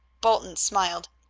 bolton smiled.